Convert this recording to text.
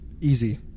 Easy